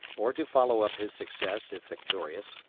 or to follow up his success if victorious,